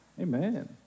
Amen